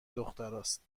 دختراست